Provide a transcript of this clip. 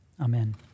Amen